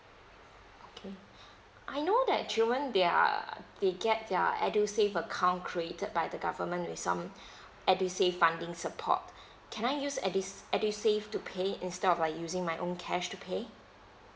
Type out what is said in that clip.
okay I know that children they are they get their edusave account created by the government with some edusave funding support can I use edus~ edusave to pay instead of I using my own cash to pay